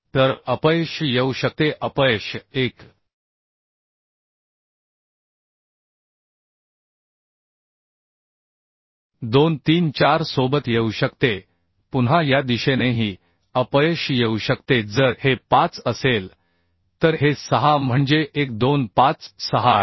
तर अपयश येऊ शकते अपयश 1 2 3 4 सोबत येऊ शकते पुन्हा या दिशेनेही अपयश येऊ शकते जर हे 5 असेल तर हे 6 म्हणजे 1 2 5 6 आहे